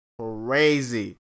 crazy